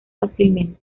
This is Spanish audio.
fácilmente